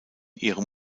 ihrem